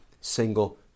single